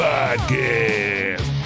Podcast